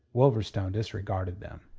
wolverstone disregarded them.